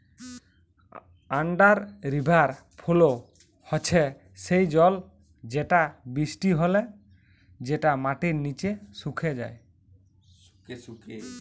under river flow হচ্যে সেই জল যেটা বৃষ্টি হলে যেটা মাটির নিচে সুকে যায়